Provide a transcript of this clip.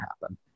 happen